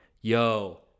Yo